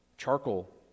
Charcoal